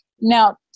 Now